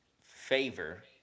favor